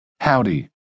Howdy